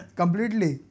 completely